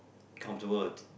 comfortable